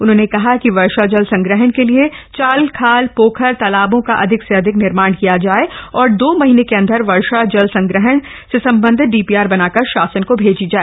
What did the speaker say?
उन्होंने कहा कि वर्षा जल संग्रहण के लिए चाल खाल पोखर तालाबों का अधिक से अधिक निर्माण किया जाए और दो महीने के अंदर वर्षा जल संग्रहण से सम्बन्धित डीपीआर बना कर शासन को भेजा जाए